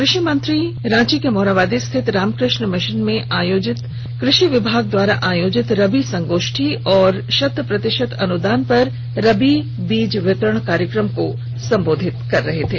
कृषिमंत्री रांची के मोरहाबादी स्थित रामकृष्ण मिशन ऑडोटोरियम में कृषि विभाग द्वारा आयोजित रबी संगोष्ठी और शत प्रतिशत अनुदान पर रबी बीज वितरण कार्यक्रम को संबोधित कर रहे थे